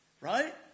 Right